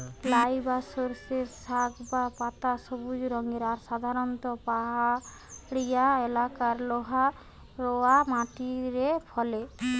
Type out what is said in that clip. লাই বা সর্ষের শাক বা পাতা সবুজ রঙের আর সাধারণত পাহাড়িয়া এলাকারে লহা রওয়া মাটিরে ফলে